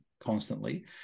constantly